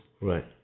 Right